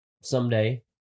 Someday